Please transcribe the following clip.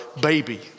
baby